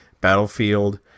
Battlefield